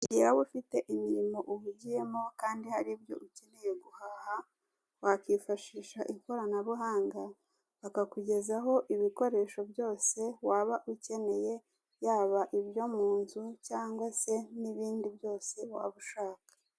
Igihe waba ufite imirimo uhugiyemo kandi hari ibyo ukeneye guhaha, wakifashisha ikoranabuhanga bakakugezaho ibikoresho byose waba ukeneye, yaba ibyo mu nzu cyangwa se n'ibindi byose waba ushaka.